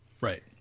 Right